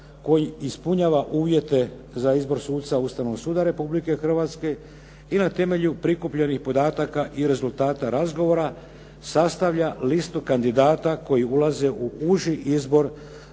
koji ispunjava uvjete za izbor suca Ustavnog suda Republike Hrvatske i na temelju prikupljenih podataka i rezultata razgovora sastavlja listu kandidata koji ulaze u uži izbor